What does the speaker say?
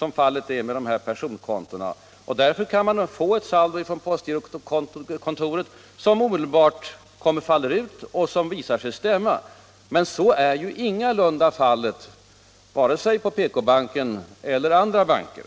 vilket det gör på personkontona. Därför kan man från postgirokontoret få ett saldo som omedelbart faller ut och visar sig stämma. Så är ingalunda fallet vare sig på PK-banken eller på andra banker.